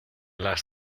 las